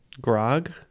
grog